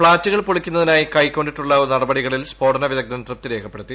ഫ്ളാറ്റുകൾ പൊളിക്കുന്നതിനായി കൈക്കൊണ്ടിട്ടുള്ള നടപടികളിൽ സ്ഫോടന വിദഗ്ധൻ തൃപ്തിരേഖപ്പെടുത്തി